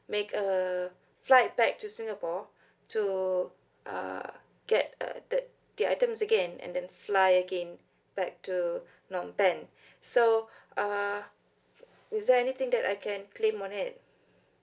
make a flight back to singapore to uh get uh the the items again and then fly again back to phnom penh so uh is there anything that I can claim on it